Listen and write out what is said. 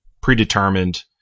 predetermined